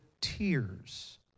tears